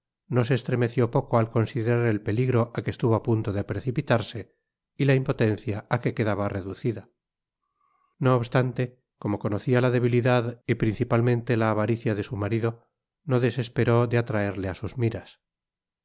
no se estremeció poco al considerar el peligro á que estuvo á punto de precipitarse y la impotencia á que quedaba reducida ino obstante como conocia la debilidad y principalmente la avaricia de su marido no desesperó de atraerle á sus miras